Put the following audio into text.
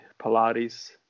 Pilates